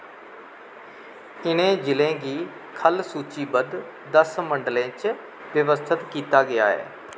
इ'नें जि'लें गी ख'ल्ल सूचीबद्ध दस मंडलें च व्यवस्थत कीता गेआ ऐ